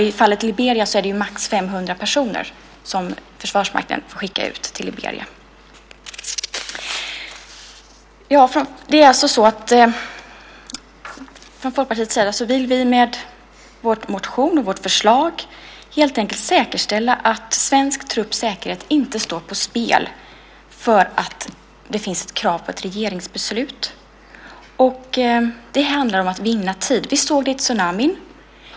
I fallet Liberia är det max 500 personer som Försvarsmakten får skicka till Liberia. Vi vill alltså från Folkpartiets sida, med vår motion och vårt förslag, helt enkelt säkerställa att svensk trupps säkerhet inte står på spel därför att det finns ett krav på ett regeringsbeslut. Det handlar om att vinna tid. Vi såg det i samband med tsunamin.